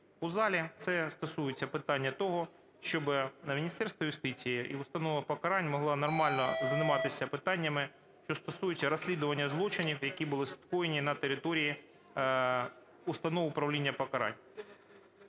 у залі. Це стосується питання того, щоби Міністерство юстиції і установа покарань могла нормально займатися питаннями, що стосуються розслідування злочинів, які були скоєні на території установ управління покарань.